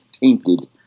tainted